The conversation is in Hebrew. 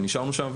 ונשארנו שם,